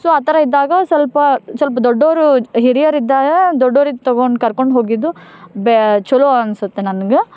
so ಆ ಥರ ಇದ್ದಾಗ ಸ್ವಲ್ಪ ಸ್ವಲ್ಪ ದೊಡ್ಡವರು ಹಿರಿಯರಿದ್ದಾಗ ದೊಡ್ಡವ್ರಿದ್ದು ತಗೊಂಡು ಕರ್ಕೊಂಡು ಹೋಗಿದ್ದು ಬೇ ಚಲೋ ಅನಿಸುತ್ತೆ ನನ್ಗೆ